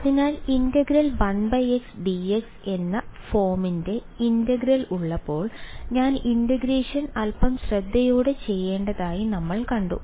അതിനാൽ ∫1x dx എന്ന ഫോമിന്റെ ഇന്റഗ്രൽ ഉള്ളപ്പോൾ ഞാൻ ഇന്റഗ്രേഷൻ അൽപ്പം ശ്രദ്ധയോടെ ചെയ്യേണ്ടതായി നമ്മൾ കണ്ടു